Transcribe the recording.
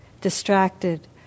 distracted